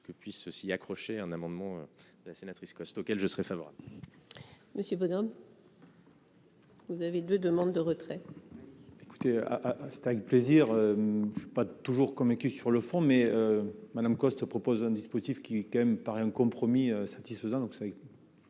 que puisse ceci accroché un amendement de la sénatrice costaud auquel je serai favorable Monsieur Bonhomme. Vous avez demandes de retrait. écoutez à c'est avec plaisir, je suis pas toujours comme sur le fond mais Madame Coste propose un dispositif qui, quand même, par un compromis satisfaisant,